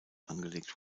angelegt